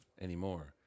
anymore